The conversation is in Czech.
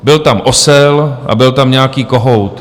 Byl tam osel a byl tam nějaký kohout.